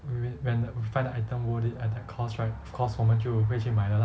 when we find the item worth it at the cost right of course 我们就会去买的 lah